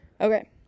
Okay